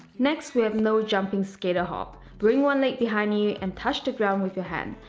next we have no jumping skater hop. bring one leg behind you and touch the ground with your hand.